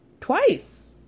twice